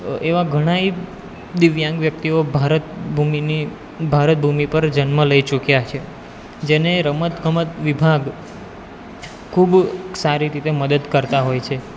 એવા ઘણાંય દિવ્યાંગ વ્યક્તિઓ ભારત ભૂમિની ભારત ભૂમિ પર જન્મ લઈ ચૂક્યાં છે જેને રમત ગમત વિભાગ ખૂબ સારી રીતે મદદ કરતાં હોય છે